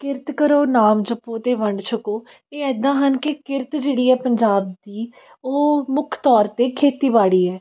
ਕਿਰਤ ਕਰੋ ਨਾਮ ਜਪੋ ਅਤੇ ਵੰਡ ਛਕੋ ਇਹ ਇੱਦਾਂ ਹਨ ਕਿ ਕਿਰਤ ਜਿਹੜੀ ਹੈ ਪੰਜਾਬ ਦੀ ਉਹ ਮੁੱਖ ਤੌਰ 'ਤੇ ਖੇਤੀਬਾੜੀ ਹੈ